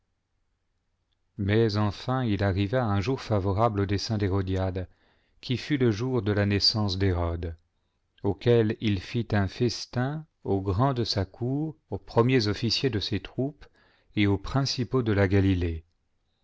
mais enfin il arriva un jour favorable au dessein hé rodiade qui fut le jour de la naissance d'hérode auquel il fit un festin aux grands de sa cour aux premiers de ses troupes et aux principaux de la galilée